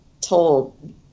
told